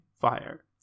fire